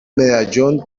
medallón